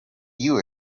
you